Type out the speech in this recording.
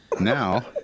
Now